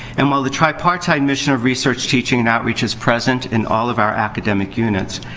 and, while the tripartite mission of research, teaching, and outreach is present in all of our academic units,